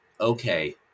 okay